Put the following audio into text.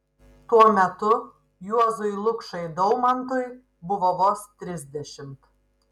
tuo metu juozui lukšai daumantui buvo vos trisdešimt